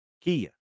Kia